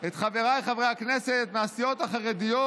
חברי הכנסת מהסיעות החרדיות,